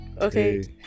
Okay